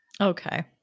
Okay